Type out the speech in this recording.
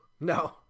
No